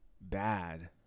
bad